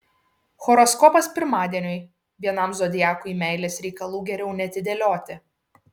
horoskopas pirmadieniui vienam zodiakui meilės reikalų geriau neatidėlioti